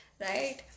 right